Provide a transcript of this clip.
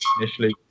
initially